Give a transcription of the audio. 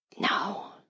no